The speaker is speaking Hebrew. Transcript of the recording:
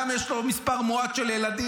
גם יש לו מספר מועט של ילדים,